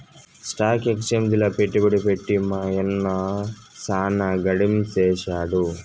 stock ఎక్సేంజిల పెట్టుబడి పెట్టి మా యన్న సాన గడించేసాడు